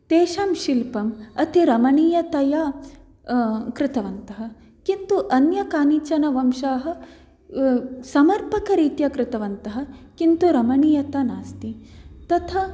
तेषां शिल्पं अति रमणीयतया कृतवन्तः किन्तु अन्य कानिचन वंशाः समर्पकरित्या कृतवन्तः किन्तु रमणीयता नास्ति तथा